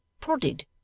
prodded